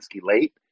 late